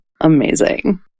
amazing